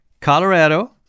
Colorado